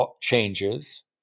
changes